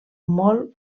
molt